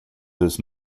does